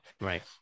right